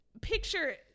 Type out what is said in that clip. picture